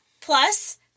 plus